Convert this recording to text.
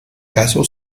caso